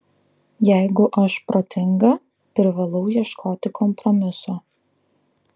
jeigu aš protinga privalau ieškoti kompromiso